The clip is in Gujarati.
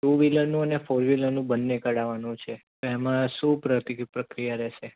ટુ વ્હીલરનું ને ફોર વ્હીલરનું બંને કઢાવવાનું છે તો એમાં શું પર પ્રક્રિયા રહેશે